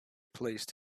placed